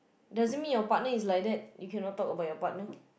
doesn't mean your partner is like that you cannot talk about your partner